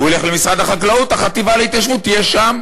הוא ילך למשרד החקלאות, החטיבה להתיישבות תהיה שם.